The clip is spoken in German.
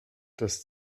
das